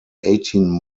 eighteen